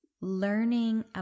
learning